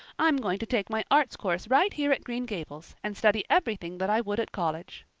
i'm going to take my arts course right here at green gables, and study everything that i would at college.